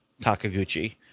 Takaguchi